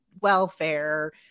welfare